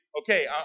okay